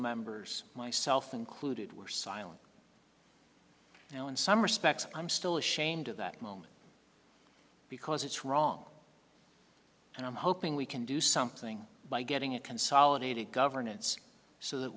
members myself included were silent now in some respects i'm still ashamed of that moment because it's wrong and i'm hoping we can do something by getting it consolidated governance so that